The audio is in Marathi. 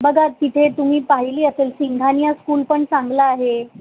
बघा तिथे तुम्ही पाहिली असेल सिंघानिया स्कूल पण चांगला आहे